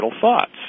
thoughts